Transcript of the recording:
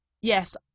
yes